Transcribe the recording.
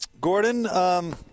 Gordon